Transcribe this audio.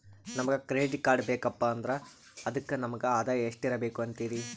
ನಮಗ credit card ಬೇಕಪ್ಪ ಅಂದ್ರ ಅದಕ್ಕ ನಮಗ ಆದಾಯ ಎಷ್ಟಿರಬಕು ಅಂತೀರಿ?